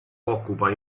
occupa